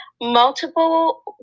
multiple